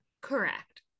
Correct